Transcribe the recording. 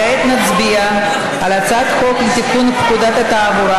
כעת נצביע על הצעת חוק לתיקון פקודת התעבורה